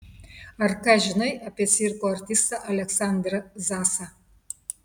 ar ką žinai apie cirko artistą aleksandrą zasą